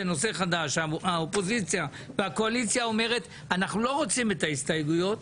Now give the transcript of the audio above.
נושא חדש והקואליציה אומרת שאנחנו לא רוצים את ההסתייגויות,